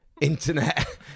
Internet